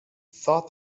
thought